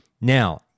Now